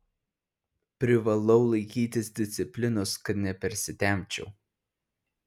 privalau laikytis disciplinos kad nepersitempčiau